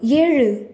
ஏழு